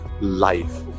life